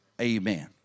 Amen